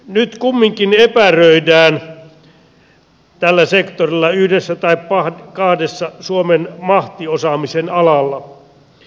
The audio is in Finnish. nyt kumminkin tällä sektorilla epäröidään yhdellä tai kahdella suomen mahtiosaamisen alalla